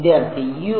വിദ്യാർത്ഥി യു